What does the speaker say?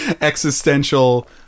existential